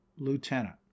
Lieutenant